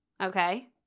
okay